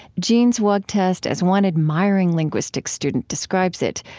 jean's wug test, as one admiring linguistics student describes it,